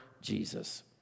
Jesus